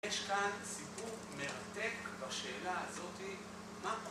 יש כאן סיפור מרתק בשאלה הזאתי, מה...